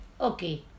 Okay